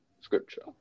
scripture